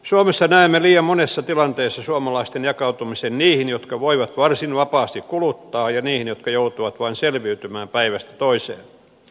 suomessa näemme liian monessa tilanteessa suomalaisten jakautumisen niihin jotka voivat varsin vapaasti kuluttaa ja niihin jotka joutuvat vain selviytymään päivästä toiseen